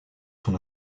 son